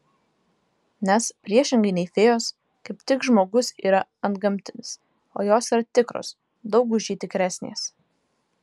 nes priešingai nei fėjos kaip tik žmogus yra antgamtinis o jos yra tikros daug už jį tikresnės